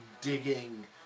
digging